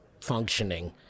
functioning